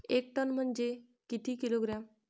एक टन म्हनजे किती किलोग्रॅम?